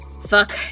Fuck